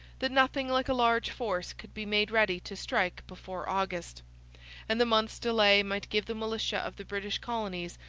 that nothing like a large force could be made ready to strike before august and the month's delay might give the militia of the british colonies,